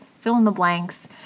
fill-in-the-blanks